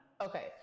okay